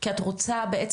כי את רוצה בעצם,